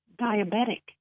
diabetic